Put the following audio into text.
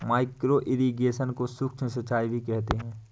micro irrigation को सूक्ष्म सिंचाई भी कहते हैं